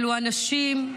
היו"ר מאיר